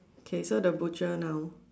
okay so the butcher now